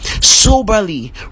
soberly